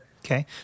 Okay